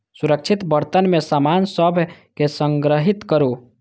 सुरक्षित बर्तन मे सामान सभ कें संग्रहीत करू